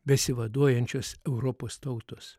besivaduojančios europos tautos